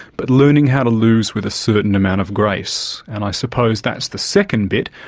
but learning how to lose with a certain amount of grace, and i suppose that's the second bit,